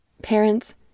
Parents